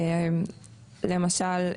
למשל,